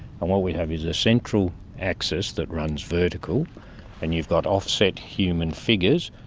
and what we have is a central axis that runs vertical and you've got offset human figures,